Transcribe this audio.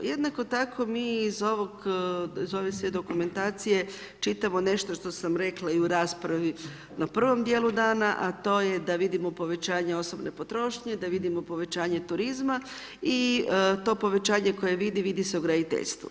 Jednako tako mi iz ovog, iz ove sve dokumentacije čitamo nešto što sam rekla i u raspravi na prvom dijelu dana a to je da vidimo povećanje osobne potrošnje, da vidimo povećanje turizma i to povećanje koje vidi, vidi se u graditeljstvu.